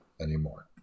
anymore